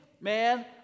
Man